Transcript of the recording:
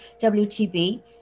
WTB